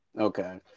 Okay